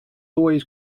always